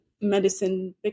medicine